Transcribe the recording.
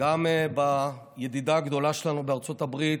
גם הידידה הגדולה שלנו, ארצות הברית,